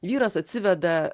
vyras atsiveda